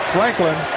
Franklin